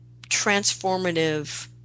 transformative